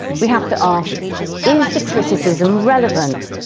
we have to ask is the criticism relevant.